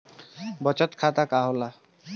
बचत खाता का होला?